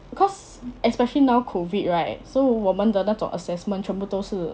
because especially now COVID right so 我们的那种 assessment 全部都是